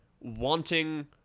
wanting